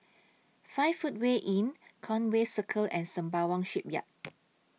five Footway Inn Conway Circle and Sembawang Shipyard